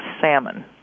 salmon